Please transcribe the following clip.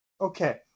Okay